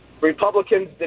Republicans